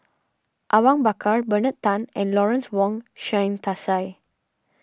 Awang Bakar Bernard Tan and Lawrence Wong Shyun Tsai